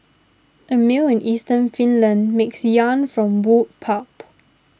a mill in eastern Finland makes yarn from wood pulp